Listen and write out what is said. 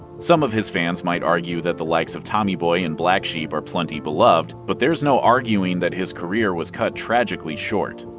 some of his fans might argue that the likes of tommy boy and black sheep are plenty beloved, but there's no arguing that his career was cut tragically short.